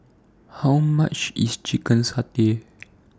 How much IS Chicken Satay